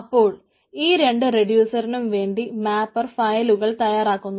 അപ്പോൾ ഈ രണ്ടു റെഡ്യൂസ്സറിനും വേണ്ടി മാപ്പർ ഫയലുകൾ തയാറാക്കുന്നു